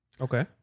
Okay